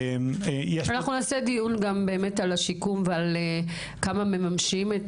נעשה דיון גם על השיקום וכמה מממשים את